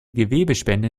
gewebespende